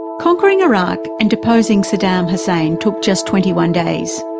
conquering iraq and deposing saddam hussein took just twenty one days,